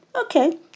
Okay